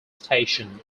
station